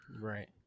Right